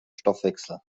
stoffwechsel